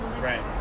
Right